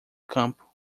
campo